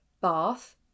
bath